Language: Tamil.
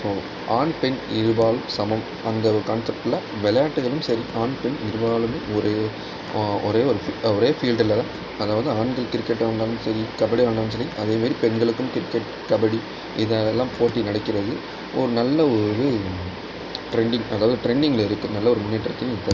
ஸோ ஆண் பெண் இருபாலும் சமம் அந்த ஒரு கான்சப்ட்டில் விளையாட்டுலையும் சரி ஆண் பெண் இருபாலரும் ஒரே ஒரே ஒரு ஒரே ஃபீல்ட்டில் தான் அதாவது ஆண்கள் கிரிக்கெட்டாக இருந்தாலும் சரி கபடி விளாண்டாலும் சரி அதே மாதிரி பெண்களுக்கும் கிரிக்கெட் கபடி இது எல்லாம் போட்டி நடக்கிறது ஓருநல்ல ஒரு ட்ரெண்டிங் அதாவது ட்ரெண்டிங்கில் இருக்குது நல்ல ஒரு முன்னேற்றத்தில் உள்ளது